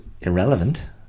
irrelevant